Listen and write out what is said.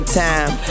time